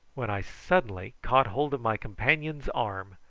when i suddenly caught hold of my companion's arm,